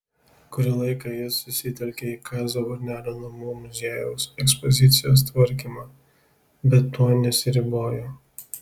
kurį laiką ji susitelkė į kazio varnelio namų muziejaus ekspozicijos tvarkymą bet tuo nesiribojo